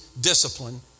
discipline